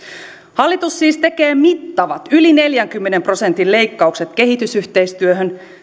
hallitus siis tekee mittavat yli neljänkymmenen prosentin leikkaukset kehitysyhteistyöhön